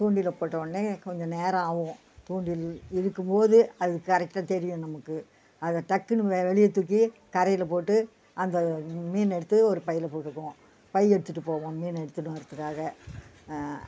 தூண்டிலை போட்ட உடனே கொஞ்சம் நேரம் ஆகும் தூண்டில் இழுக்கும் போது அது கரெக்டாக தெரியும் நமக்கு அதை டக்குன்னு வேறு வெளியே தூக்கி தரையில் போட்டு அந்த மீன் எடுத்து ஒரு பையில் போட்டுக்குவோம் பை எடுத்துகிட்டு போவோம் மீனை எடுத்துகிட்டு வர்றத்துக்காக